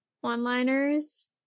one-liners